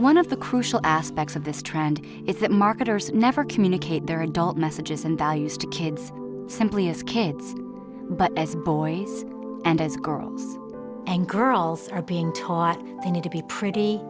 one of the crucial aspects of this trend is that marketers never communicate their adult messages and values to kids simply as kids but as boys and as girls and girls are being taught they need to be pretty